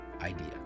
idea